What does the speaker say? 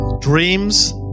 dreams